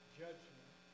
judgment